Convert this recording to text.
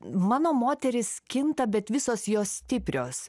mano moterys kinta bet visos jos stiprios